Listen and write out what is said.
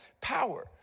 power